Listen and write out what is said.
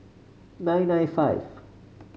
nine nine five